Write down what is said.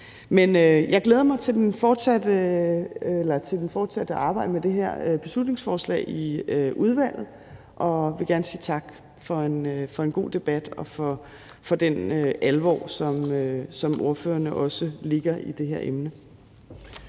jeg glæder mig til det fortsatte arbejde med det her beslutningsforslag i udvalget, og jeg vil gerne sige tak for en god debat og for den alvor, som ordførerne også lægger i det her emne.